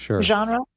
genre